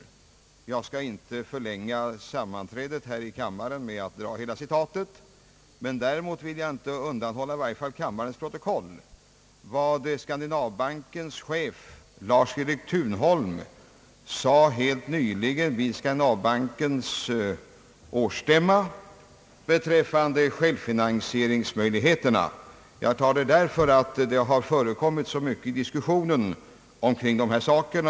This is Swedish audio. Jag skall inte förlänga överläggningarna här i kammaren med att återge hela artikeln, men däremot vill jag inte undanhålla, i varje fall kammarens protokoll, vad "Skandinaviska bankens chef Lars-Erik Thunholm helt nyligen sade vid Skandinaviska bankens årsstämma i slutet av mars månad beträffande = självfinansieringsmöjligheterna. Jag tar upp det därför att dessa frågor har diskuterats så mycket.